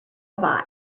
have